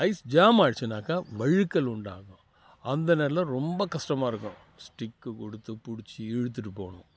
ice ஜாமாகிடுச்சுன்னாக்க வழுக்கல் உண்டாகும் அந்த நேரத்தில் ரொம்ப கஸ்டமாக இருக்கும் ஸ்டிக் கொடுத்து புடிச்சு இழுத்துகிட்டு போகணும்